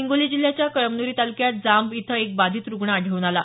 हिंगोली जिल्ह्याच्या कळमन्री तालुक्यात जांब इथं एक बाधित रुग्ण आढळून आला